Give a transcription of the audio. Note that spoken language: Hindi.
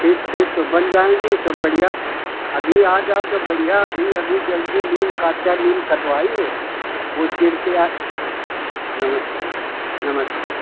ठीक ठीक तो बन जाएंगे सब बढ़िया अभी आ जाओ तो बढ़िया अभी अभी जल्दी बढ़िया काच्चा नीम कटबाइ है वह चीर के नमस्ते नमस्ते